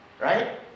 Right